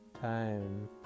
time